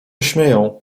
śmieją